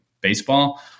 baseball